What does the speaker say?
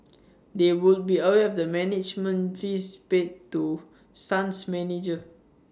they would be aware of the management fees paid to sun's manager